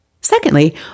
Secondly